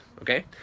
Okay